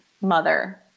mother